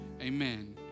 Amen